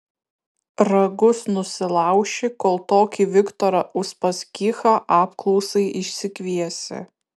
ragus nusilauši kol tokį viktorą uspaskichą apklausai išsikviesi